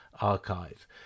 Archive